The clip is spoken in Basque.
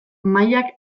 mailak